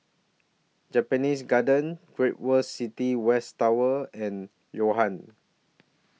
Japanese Garden Great World City West Tower and Yo Ham